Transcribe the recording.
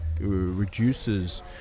reduces